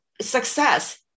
success